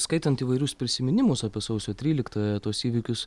skaitant įvairius prisiminimus apie sausio tryliktąją tuos įvykius